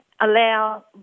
allow